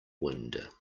wind